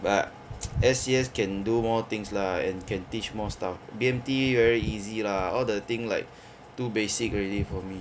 but S_C_S can do more things lah and can teach more stuff B_M_T very easy lah all the thing like too basic already for me